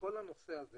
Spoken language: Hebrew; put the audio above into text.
כל הנושא הזה